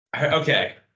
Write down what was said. Okay